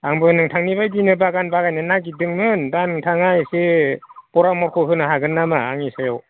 आंबो नोंथांनि बायदिनो बागान बानायनो नागिरदोंमोन दा नोंथाङा एसे परामख' होनो हागोन नामा आंनि सायाव